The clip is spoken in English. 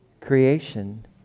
creation